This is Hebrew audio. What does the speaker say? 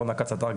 אורנה כץ אתר,